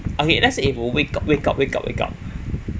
okay let's say if you wake up wake up wake up wake